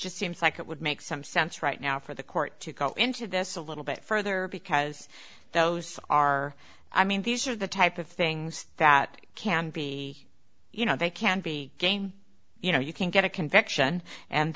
just seems like it would make some sense right now for the court to go into this a little bit further because those are i mean these are the type of things that can be you know they can be game you know you can get a conviction and